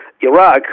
Iraq